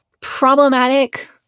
problematic